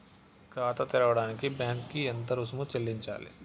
ఖాతా తెరవడానికి బ్యాంక్ కి ఎంత రుసుము చెల్లించాలి?